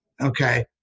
Okay